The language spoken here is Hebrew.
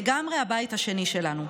לגמרי הבית השני שלנו.